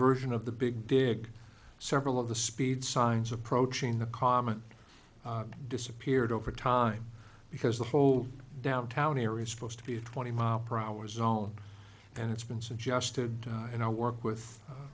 version of the big dig several of the speed signs approaching the comet disappeared over time because the whole downtown area supposed to be a twenty mile per hour zone and it's been suggested and i work with